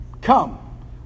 come